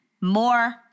More